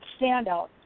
standout